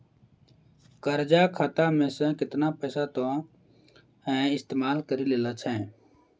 कर्जा खाता मे से केतना पैसा तोहें इस्तेमाल करि लेलें छैं